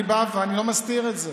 אני בא ואני לא מסתיר את זה.